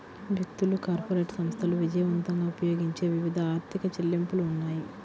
వ్యక్తులు, కార్పొరేట్ సంస్థలు విజయవంతంగా ఉపయోగించే వివిధ ఆర్థిక చెల్లింపులు ఉన్నాయి